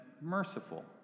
merciful